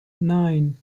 nine